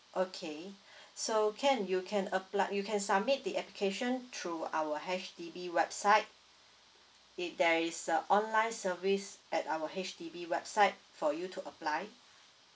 okay so can you can apply you can submit the application through our H_D_B website it there is a online service at our H_D_B website for you to apply